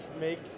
make